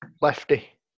Lefty